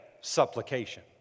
supplication